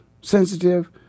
sensitive